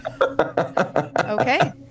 Okay